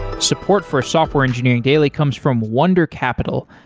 support for software engineering daily comes from wunder capital,